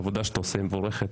העבודה שאתה עושה היא מבורכת.